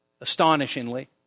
astonishingly